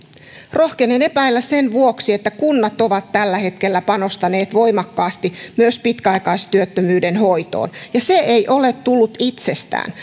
rohkenen epäillä sen vuoksi että kunnat ovat tällä hetkellä panostaneet voimakkaasti myös pitkäaikaistyöttömyyden hoitoon ja se ei ole tullut itsestään